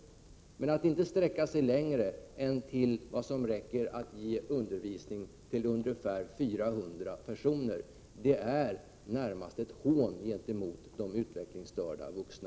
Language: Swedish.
Men att inte sträcka sig längre än till att ge resurser som räcker till att bereda undervisning för ungefär 400 personer är närmast ett hån gentemot de utvecklingsstörda vuxna.